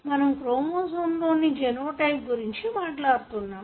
మనము క్రోమోసోమ్ లోని జెనోటైప్ గురించి మాట్లాడుతాము